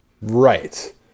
Right